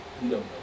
No